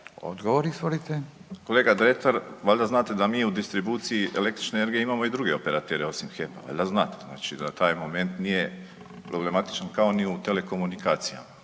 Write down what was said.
Josip (HDZ)** Kolega Dretar, valjda znate da mi u distribuciji električne energije imamo i druge operatere osim HEP-a, valjda znate, znači da taj moment nije problematičan kao ni u telekomunikacijama.